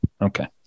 Okay